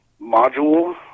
module